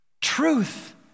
Truth